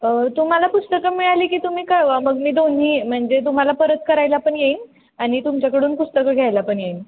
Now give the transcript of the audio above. तुम्हाला पुस्तकं मिळाली की तुम्ही कळवा मग मी दोन्ही म्हणजे तुम्हाला परत करायला पण येईन आणि तुमच्याकडून पुस्तकं घ्यायला पण येईन